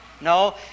no